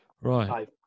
Right